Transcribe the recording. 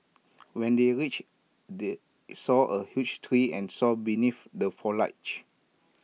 when they reached they saw A huge tree and sat beneath the foliage